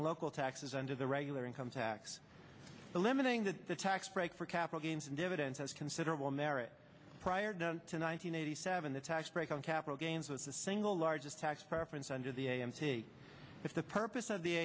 and local taxes under the regular income tax eliminating that the tax break for capital gains and dividends has considerable merit prior to nine hundred eighty seven the tax break on capital gains was the single largest tax preference under the a m t if the purpose of the